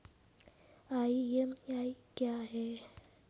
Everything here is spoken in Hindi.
ई.एम.आई क्या है?